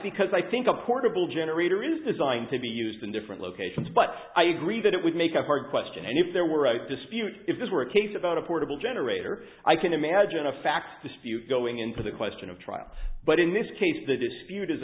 because i think a portable generator is designed to be used in different locations but i agree that it would make up for question and if there were right dispute if this were a case about a portable generator i can imagine a fax dispute going into the question of trial but in this case th